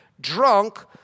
Drunk